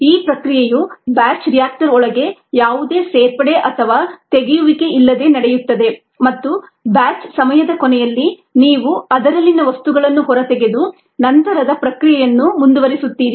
ಈ ಪ್ರಕ್ರಿಯೆಯು batch reactor ಒಳಗೆ ಯಾವುದೇ ಸೇರ್ಪಡೆ ಅಥವಾ ತೆಗೆಯುವಿಕೆಯಿಲ್ಲದೆ ನಡೆಯುತ್ತದೆ ಮತ್ತು ಬ್ಯಾಚ್ ಸಮಯದ ಕೊನೆಯಲ್ಲಿ ನೀವು ಅದರಲ್ಲಿನ ವಸ್ತುಗಳನ್ನು ಹೊರತೆಗೆದು ನಂತರದ ಪ್ರಕ್ರಿಯೆಯನ್ನು ಮುಂದುವರೆಸುತ್ತೀರಿ